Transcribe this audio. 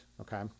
Okay